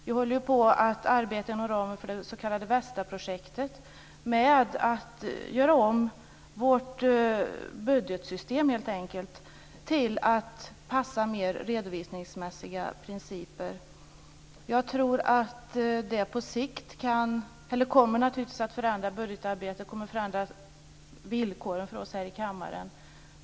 Vi håller inom ramen för det s.k. VESTA projektet på att arbeta med att helt enkelt göra om vårt budgetsystem till att passa mer redovisningsmässiga principer. På sikt kommer det naturligtvis att förändra budgetarbetet och villkoren för oss här i kammaren.